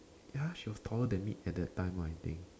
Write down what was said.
ya she was taller than me at that time I think